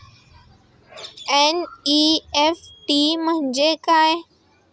NEFT म्हणजे काय?